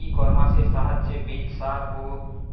ই কমার্সের সাহায্যে বীজ সার ও